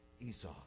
Esau